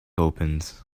opens